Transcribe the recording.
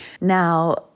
Now